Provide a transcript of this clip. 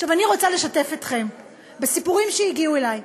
אני רוצה לשתף אתכם בסיפורים שהגיעו אלי,